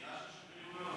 צמצום וסגירה של שגרירויות.